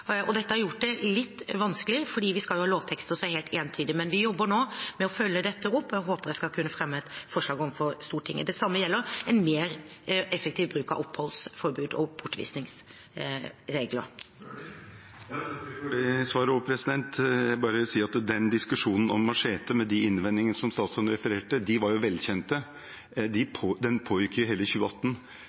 Dette har gjort det litt vanskelig, for vi skal ha lovtekster som er helt entydige. Men vi jobber nå med å følge dette opp, og jeg håper jeg skal kunne fremme et forslag om dette for Stortinget. Det samme gjelder en mer effektiv bruk av oppholdsforbud og bortvisningsregler. Jeg takker for det svaret også. Jeg vil bare si at diskusjonen om machete, med de innvendingene som statsråden refererte – de var jo velkjente – pågikk i hele 2018.